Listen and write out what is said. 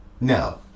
no